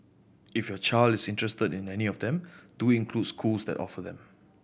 if your child is interested in any of them do include schools that offer them